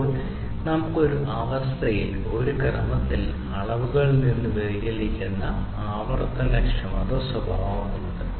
അപ്പോൾ നമുക്ക് ഒരേ അവസ്ഥയിൽ ഒരു ക്രമത്തിൽ അളവുകളിൽ നിന്ന് വ്യതിചലിക്കുന്ന ആവർത്തനക്ഷമത സ്വഭാവമുണ്ട്